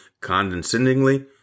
Condescendingly